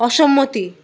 অসম্মতি